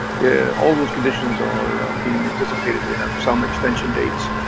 yeah all of those conditions are being anticipated. we have some extension dates.